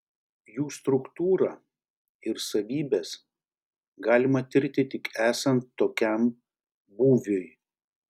jų struktūrą ir savybes galima tirti tik esant tokiam būviui